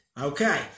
Okay